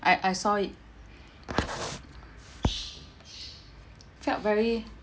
I I saw felt very